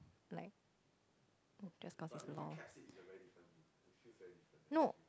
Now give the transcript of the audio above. like just cause it's lol no